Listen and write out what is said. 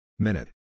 Minute